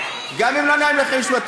גם אם לא נעים לכם לשמוע.